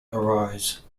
arise